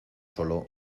solo